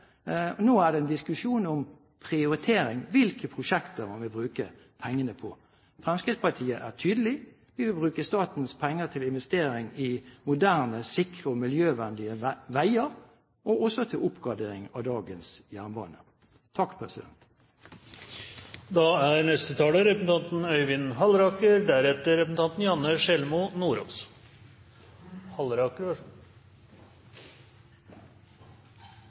Nå er det en diskusjon om prioritering – hvilke prosjekter man vil bruke pengene på. Fremskrittspartiet er tydelig: Vi vil bruke statens penger til investering i moderne, sikre og miljøvennlige veier og også til oppgradering av dagens jernbane. Representanten Arne Sortevik har tatt opp det forslaget han refererte til. «Ei tim' te' by'n» er